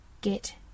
Get